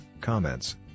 Comments